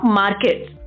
markets